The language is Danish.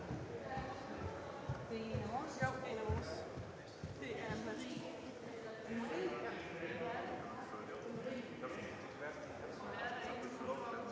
Tak